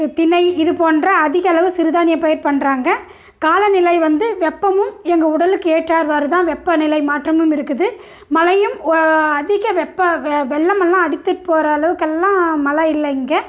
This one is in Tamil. தினை இது போன்ற அதிக அளவு சிறுதானிய பயிர் பண்ணுறாங்க காலநிலை வந்து வெப்பமும் எங்கள் உடலுக்கு ஏற்றார்வாறுதான் வெப்ப நிலை மாற்றமும் இருக்குது மழையும் அதிக வெப்ப வெள்ளமெல்லாம் அடித்து போகிற அளவுக்கெல்லாம் மழை இல்லை இங்கே